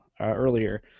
earlier